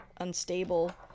unstable